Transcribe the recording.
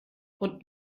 und